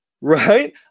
right